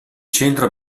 centro